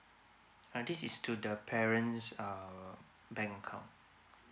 ah this is to the parents err bank account